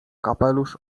kapelusz